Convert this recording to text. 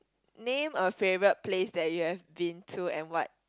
name a favourite place that you have been to and what